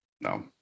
no